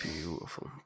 Beautiful